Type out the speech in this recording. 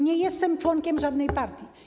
Nie jestem członkiem żadnej partii.